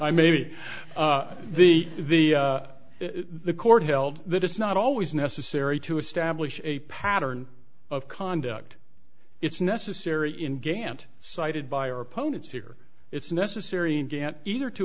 i maybe the the the court held that it's not always necessary to establish a pattern of conduct it's necessary in gantt cited by our opponents here it's necessary and get either to